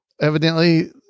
evidently